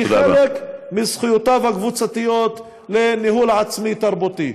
כחלק מזכויותיו הקבוצתיות לניהול עצמי תרבותי.